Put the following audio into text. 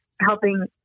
helping